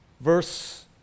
Verse